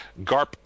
Garp